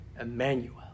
Emmanuel